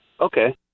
Okay